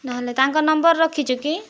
ନହେଲେ ତାଙ୍କ ନମ୍ବର ରଖିଛୁ କି